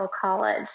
college